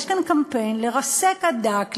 יש כאן קמפיין לרסק עד דק,